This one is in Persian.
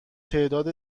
تعداد